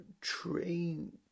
Train